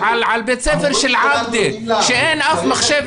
בית ספר שלאף אחד מהתלמידים אין מחשב,